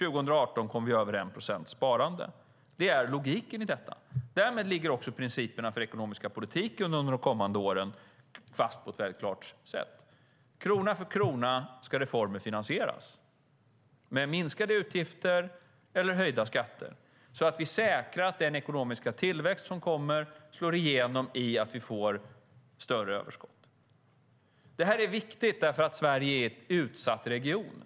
2018 kommer vi att ha över 1 procents sparande. Det är logiken i detta. Därmed ligger också principerna för den ekonomiska politiken under de kommande åren fast på ett väldigt klart sätt. Krona för krona ska reformer finansieras - med minskade utgifter eller höjda skatter - så att vi säkrar att den ekonomiska tillväxt som kommer slår igenom i att vi får större överskott. Detta är viktigt, för Sverige är en utsatt region.